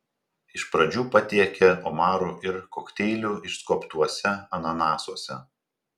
iš pradžių patiekė omarų ir kokteilių išskobtuose ananasuose